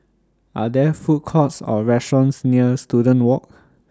Are There Food Courts Or restaurants near Student Walk